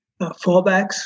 fallbacks